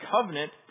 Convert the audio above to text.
covenant